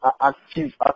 active